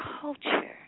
culture